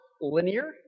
linear